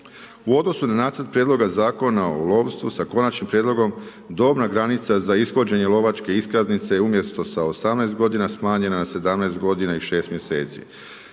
U odnosu na nacrt Prijedloga Zakona o lovstvu, sa konačnim prijedlogom dobna granica za ishođenje lovačke iskaznice umjesto sa 18 g. smanjenja je na 17 g i 6 mj.